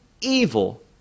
evil